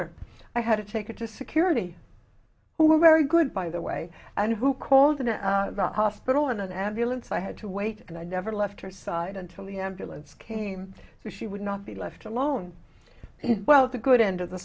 her i had to take it to security who were very good by the way and who called in a hospital in an ambulance i had to wait and i never left her side until the ambulance came so she would not be left alone well it's a good end of the